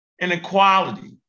inequality